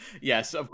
Yes